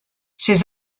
ses